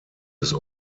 des